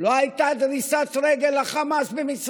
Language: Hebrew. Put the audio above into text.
לא הייתה לחמאס דריסת רגל במצרים.